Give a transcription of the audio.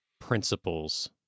principles